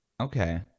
Okay